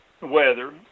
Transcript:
weather